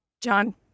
John